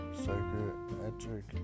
psychiatric